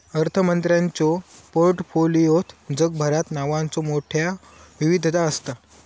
अर्थमंत्र्यांच्यो पोर्टफोलिओत जगभरात नावांचो मोठयो विविधता असता